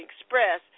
Express